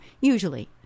Usually